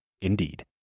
Indeed